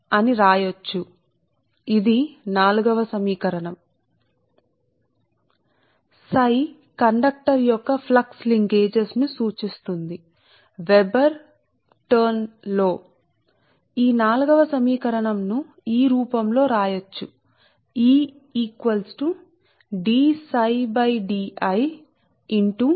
కాబట్టి ఇది వోల్ట్ ఇది వాస్తవానికి సమీకరణం సంఖ్య 4 సరే ఇక్కడ వెబర్ కండక్టర్ యొక్క ఫ్లక్స్ లింకేజ్స్ అనుసంధానాలు లను సూచిస్తుంది ఇది flux linkage flux linkeage weber లోకి మారుతుంది కాబట్టి ఈ సమీకరణం 4 ను ఈ రూపం లోనేసరే ఈ రూపం లోనే వ్రాయవచ్చు